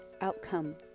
outcome